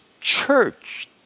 church